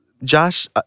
Josh